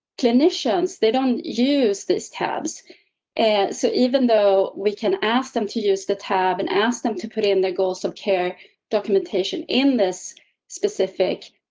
clinicians, they don't use these tabs and so, even though we can ask them to use the tab and ask them to put in their goals of care documentation in this specific